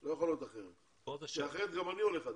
לא יכול להיות אחרת כי אחרת גם אני עולה חדש,